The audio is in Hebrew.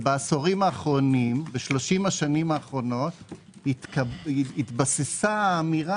בשלושים השנים האחרונות התבססה האמירה